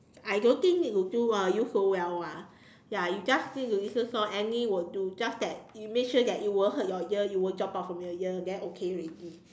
I don't think need to do you ah so well ah ya you just need to listen song any will do just that you make sure that it won't hurt your ear it won't drop out from your ear then okay already